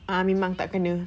ah memang tak kena